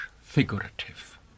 figurative